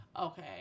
Okay